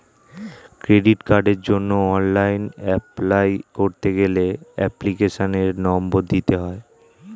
credit কার্ডের জন্য online apply করতে গেলে এপ্লিকেশনের নম্বর দিতে হয়